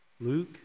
Luke